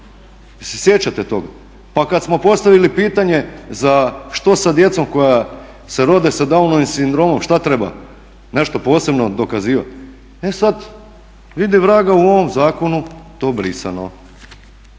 sjećate toga? Pa kad smo postavili pitanje što sa djecom koja se rode sa Downovim sindromom, šta treba, nešto posebno dokazivati. E sad vidi vraga u ovom zakonu to je brisano,